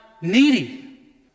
needy